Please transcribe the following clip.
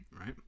right